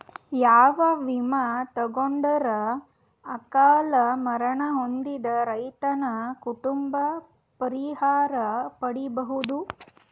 ಯಾವ ವಿಮಾ ತೊಗೊಂಡರ ಅಕಾಲ ಮರಣ ಹೊಂದಿದ ರೈತನ ಕುಟುಂಬ ಪರಿಹಾರ ಪಡಿಬಹುದು?